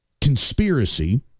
conspiracy